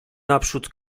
naprzód